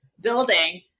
building